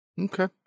Okay